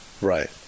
Right